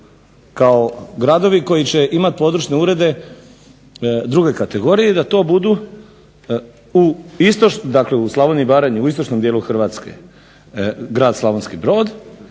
kao gradovi koji će imat područne urede II. kategorije i da to budu u Slavoniji i Baranji u istočnom dijelu Hrvatske grad Slavonski Brod